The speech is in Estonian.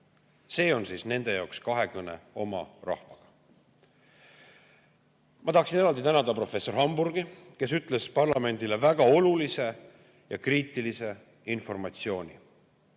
See on siis nende kahekõne oma rahvaga. Ma tahaksin eraldi tänada professor Hamburgi, kes andis parlamendile väga olulist ja kriitilise [tähtsusega]